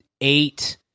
eight